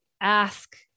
ask